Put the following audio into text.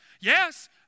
yes